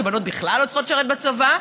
שבנות בכלל לא צריכות לשרת בצבא,